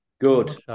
Good